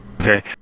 Okay